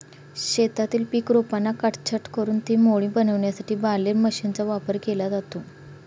शेतातील पीक रोपांना काटछाट करून ते मोळी बनविण्यासाठी बालेर मशीनचा वापर केला जातो